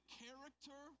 character